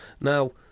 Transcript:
Now